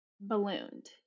ballooned